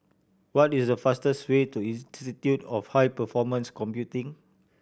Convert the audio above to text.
what is the fastest way to Institute of High Performance Computing